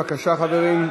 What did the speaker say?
בבקשה, חברים.